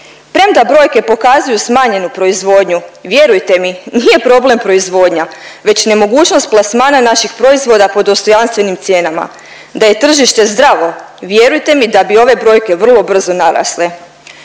Premda brojke pokazuju smanjenu proizvodnju vjerujte mi nije problem proizvodnja već nemogućnost plasmana naših proizvoda po dostojanstvenim cijenama. Da je tržište zdravo vjerujte mi da bi ove brojke vrlo brzo narasle.